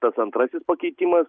tas antrasis pakeitimas